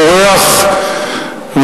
בורח,